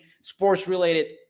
sports-related